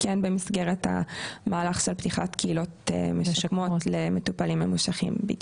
כן במסגרת המהלך של פתיחת קהילות משקמות לטיפולים ממושכים.